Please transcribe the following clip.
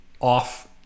off